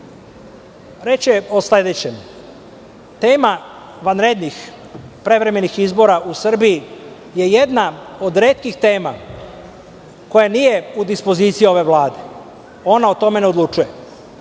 je o sledećem. Tema vanrednih prevremenih izbora u Srbiji je jedna od retkih tema koja nije u dispoziciji ove Vlade. Ona o tome ne odlučuje.